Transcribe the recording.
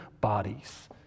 bodies